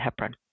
heparin